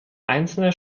einzelne